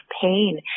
pain